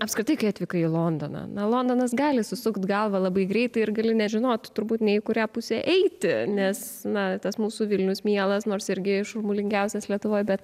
apskritai kai atvykai į londoną na londonas gali susukt galvą labai greitai ir gali nežinot turbūt nei į kurią pusę eiti nes na tas mūsų vilnius mielas nors irgi šurmulingiausias lietuvoj bet